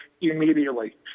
immediately